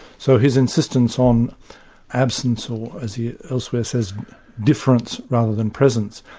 so his insistence on absence or as he elsewhere says difference rather than presence,